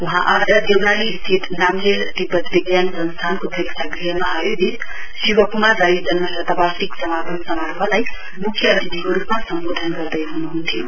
वहाँ आज देउराली स्थित नाम्गेल तिब्वत विज्ञान संस्थान प्रेक्षागृहमा आयोजित शिवकुमार राई जन्म शतवार्षिक समापन समारोहलाई मुख्य अतिथिको रूपमा सम्बोधन गर्दै हुनुहन्थ्यो